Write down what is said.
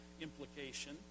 implication